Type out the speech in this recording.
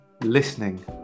listening